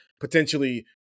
potentially